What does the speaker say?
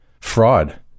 fraud